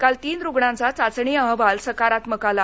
काल तीन रुग्णांचा चाचणी अहवाल सकारात्मक आला